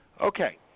Okay